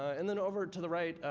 and then, over to the right,